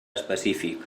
específic